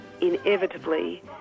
inevitably